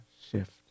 shift